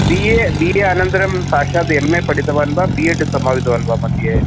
B A B A अनन्तरं साक्षात् M A पठितवान् वा बि एड् समापितवान् वा मध्ये